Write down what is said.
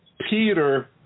Peter